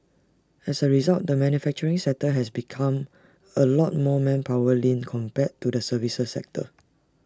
as A result the manufacturing sector has become A lot more manpower lean compared to the services sector